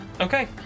okay